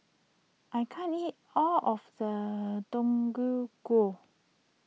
I can't eat all of the Deodeok Gui